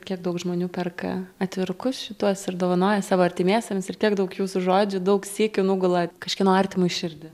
kiek daug žmonių perka atvirukus šituos ir dovanoja savo artimiesiems ir tiek daug jūsų žodžių daug sykių nugula kažkieno artimui į širdį